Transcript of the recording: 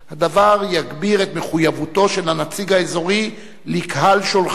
הדבר יגביר את מחויבותו של הנציג האזורי לקהל שולחיו